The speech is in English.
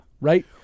Right